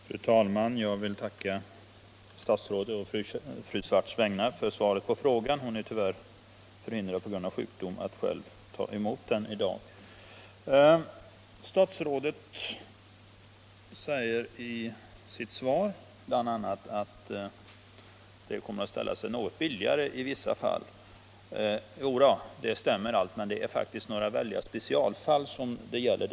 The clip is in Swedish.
Fru talman! Jag vill på fru Swartz vägnar tacka kommunikationsministern för svaret. Fru Swartz är tyvärr på grund av sjukdom förhindrad att själv ta emot svaret här i dag. Statsrådet säger i svaret bl.a. att det kommer att ställa sig något billigare att pollettera i vissa fall. Jo då, det stämmer allt, men det är faktiskt specialfall det är fråga om.